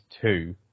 two